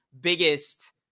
biggest